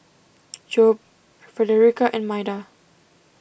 Jobe Fredericka and Maida